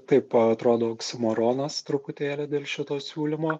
taip atrodo oksimoronas truputėlį dėl šito siūlymo